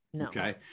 Okay